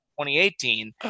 2018